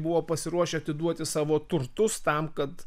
buvo pasiruošę atiduoti savo turtus tam kad